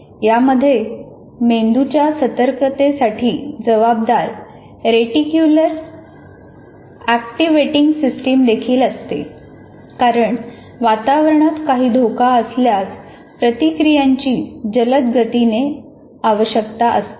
यामध्ये मेंदूच्या सतर्कतेसाठी जबाबदार रेटिक्युलर अक्टीवेटींग सिस्टम देखील असते कारण वातावरणात काही धोका असल्यास प्रतिक्रियांची जलद गतीने आवश्यक असते